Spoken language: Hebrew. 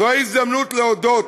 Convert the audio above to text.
זוהי הזדמנות להודות